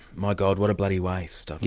my god, what a bloody waste,